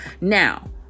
now